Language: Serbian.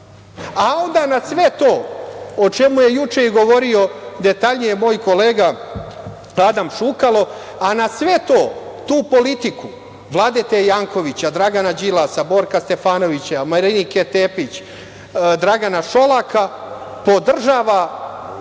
na sve to, o čemu je juče govorio detaljnije moj kolega Adam Šukalo, tu politiku Vladete Jankovića, Dragana Đilasa, Borka Stefanovića, Marinike Tepić, Dragana Šolaka, podržava